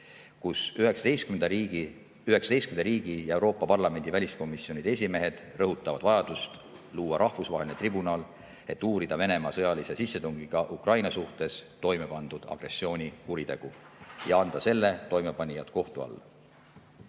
lõpus, 19 riigi ja Euroopa Parlamendi väliskomisjonide esimehed rõhutavad seal vajadust luua rahvusvaheline tribunal, et uurida Venemaa sõjalise sissetungiga Ukraina suhtes toime pandud agressioonikuritegu ja anda selle toimepanijad kohtu alla.